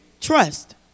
trust